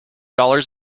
dollars